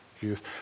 youth